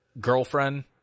girlfriend